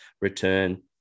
return